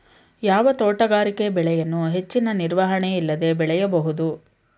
ಯಾವ ತೋಟಗಾರಿಕೆ ಬೆಳೆಯನ್ನು ಹೆಚ್ಚಿನ ನಿರ್ವಹಣೆ ಇಲ್ಲದೆ ಬೆಳೆಯಬಹುದು?